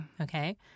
Okay